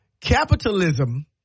capitalism